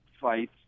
fights